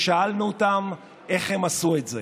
ושאלנו אותם איך הם עשו את זה.